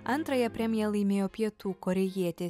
antrąją premiją laimėjo pietų korėjietė